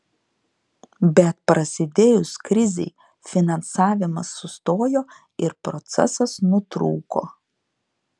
bet prasidėjus krizei finansavimas sustojo ir procesas nutrūko